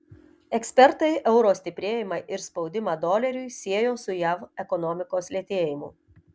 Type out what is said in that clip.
ekspertai euro stiprėjimą ir spaudimą doleriui siejo su jav ekonomikos lėtėjimu